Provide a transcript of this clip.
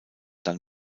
dann